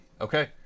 Okay